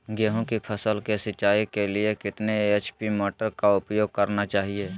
गेंहू की फसल के सिंचाई के लिए कितने एच.पी मोटर का उपयोग करना चाहिए?